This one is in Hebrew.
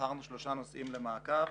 בחרנו שלושה נושאים למעקב,